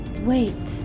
Wait